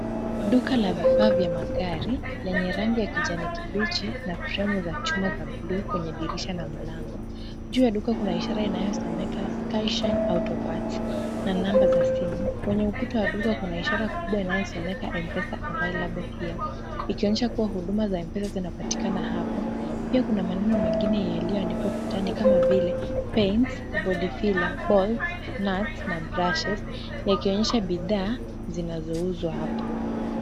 Duka la vifaa vya magari lenye rangi ya kijani kibichi na fremu za chuma za bluu kwenye dirisha na mlango. Juu ya duka kuna ishara inayosomeka Skyshen Autoparts na namba za simu. Kwenye ukuta wa duka kuna ishara kubwa inayosomeka M-Pesa available here , ikionyesha kuwa huduma za M-Pesa zinapatikana hapo. Pia kuna maneno mengine yaliyoandikwa ukutani kama vile Paint, body filler, bolts, nuts na brushes , yakionyesha bidhaa zinazouzwa hapo.